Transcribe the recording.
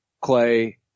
Clay